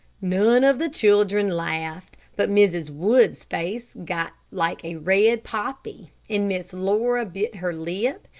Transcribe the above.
none of the children laughed, but mrs. wood's face got like a red poppy, and miss laura bit her lip,